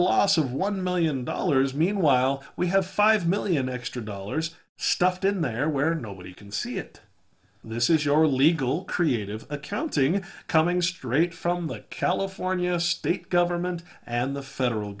loss of one million dollars meanwhile we have five million extra dollars stuffed in there where nobody can see it this is your legal creative accounting coming straight from the california state government and the federal